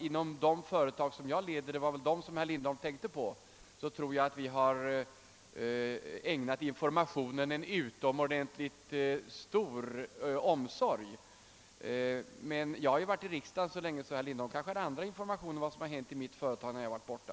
Inom de företag jag leder — det var väl dem som herr Lindholm tänkte på — har vi ägnat informationen en utomordentligt stor omsorg. Men jag har ju varit i riksdagen så länge, att herr Lindholm kanske har andra informationer om vad som har hänt i mitt företag de senaste dagarna.